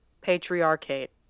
patriarchate